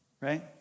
right